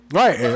right